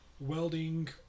Welding